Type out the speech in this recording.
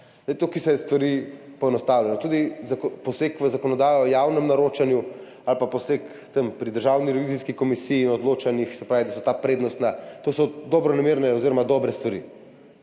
tukaj se stvari poenostavljajo, tudi poseg v zakonodajo o javnem naročanju ali poseg tam pri Državni revizijski komisiji in odločanjih, se pravi, da so ta prednostna, to so dobronamerne oziroma dobre stvari.